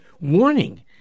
warning